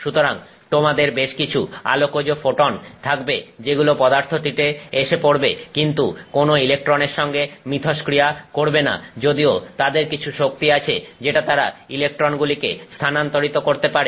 সুতরাং তোমাদের বেশ কিছু আলোকজ ফোটন থাকবে যেগুলো পদার্থটিতে এসে পড়বে কিন্তু কোন ইলেকট্রনের সঙ্গে মিথস্ক্রিয়া করবেনা যদিও তাদের কিছু শক্তি আছে যেটা তারা ইলেকট্রনগুলিতে স্থানান্তরিত করতে পারে